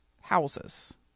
houses